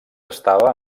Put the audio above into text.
estava